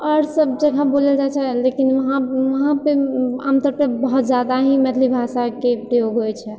आओर सब जगह बोलल जाइत छै लेकिन ओतऽओतऽ आमतौर पे बहुत जादा ही मैथिली भाषाके प्रयोग होइत छै